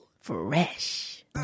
Fresh